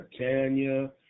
Tanya